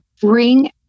bring